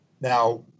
now